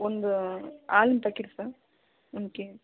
ಒಂದು ಹಾಲಿನ packet sir one K